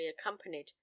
accompanied